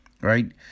right